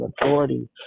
authority